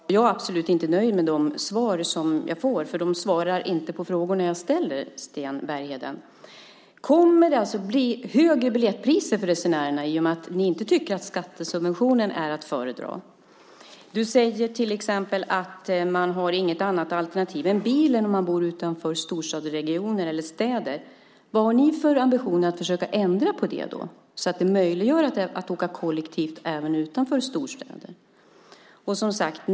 Herr talman! Jag är absolut inte nöjd med de svar som jag får, för de ger inget svar på de frågor som jag ställer, Sten Bergheden. Kommer det alltså att bli högre biljettpriser för resenärerna i och med att ni inte tycker att skattesubventionen är att föredra? Du säger att man inte har något annat alternativ än bilen om man bor utanför storstadsregioner eller städer. Vad har ni för ambitioner att försöka ändra på det så att man möjliggör för människor att åka kollektivt även utanför storstäderna?